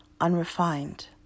unrefined